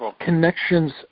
connections